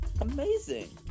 amazing